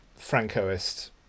Francoist